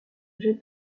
jette